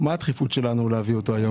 הדחיפות שלנו להביא את הפנייה הזאת היום?